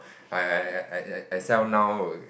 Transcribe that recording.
I I I I I sell now would